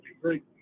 great